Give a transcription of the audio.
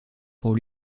pour